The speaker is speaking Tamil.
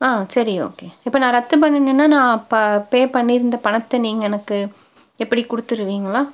ஆ சரி ஓகே இப்போ நான் ரத்து பண்ணுனன்னால் நான் ப பே பண்ணியிருந்த பணத்தை நீங்கள் எனக்கு எப்படி கொடுத்துருவீங்களா